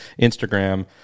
Instagram